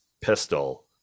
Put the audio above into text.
pistol